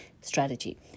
strategy